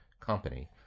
company